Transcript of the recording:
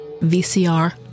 VCR